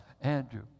Andrew